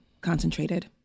concentrated